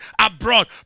abroad